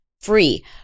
free